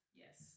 yes